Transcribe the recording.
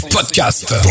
podcast